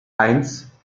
eins